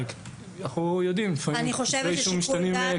לפעמים כתבי אישום משתנים.